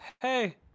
hey